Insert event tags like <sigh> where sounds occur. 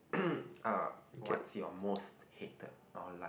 <coughs> uh what's your most hated or liked